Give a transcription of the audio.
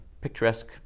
picturesque